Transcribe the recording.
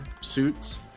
suits